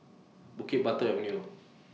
Bukit Batok Avenue